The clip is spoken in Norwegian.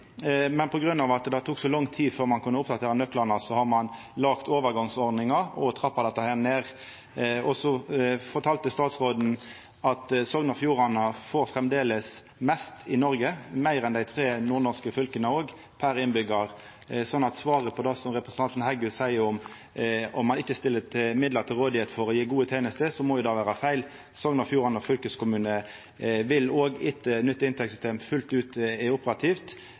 men på grunn av at det tok så lang tid før ein kunne oppdatera nøklane, har ein laga overgangsordningar og trappa dette ned. Så fortalde statsråden at Sogn og Fjordane framleis får mest i Noreg per innbyggjar, òg meir enn dei tre nordnorske fylka, så det representanten Heggø seier om at ein ikkje stiller midlar til rådvelde for å gi gode tenester, må vera feil. Sogn og Fjordane fylkeskommune vil òg etter at nytt inntektssystem fullt ut er operativt,